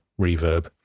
reverb